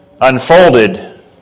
unfolded